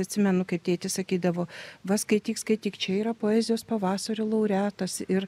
atsimenu kaip tėtis sakydavo va skaityk skaityk čia yra poezijos pavasario laureatas ir